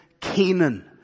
Canaan